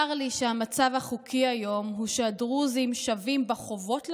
צר לי שהמצב החוקי היום הוא שהדרוזים שווים בחובות למדינה,